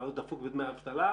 אבל הוא דפוק בדמי אבטלה,